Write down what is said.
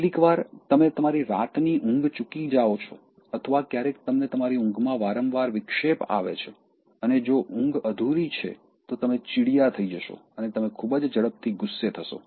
કેટલીકવાર તમે તમારી રાતની ઊંઘ ચૂકી જાઓ છો અથવા ક્યારેક તમને તમારી ઊંઘમાં વારંવાર વિક્ષેપો આવે છે અને જો તે અધૂરી છે તો તમે ચીડિયા થઈ જશો અને તમે ખૂબ જ ઝડપથી ગુસ્સે થશો